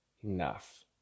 enough